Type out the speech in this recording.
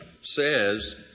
says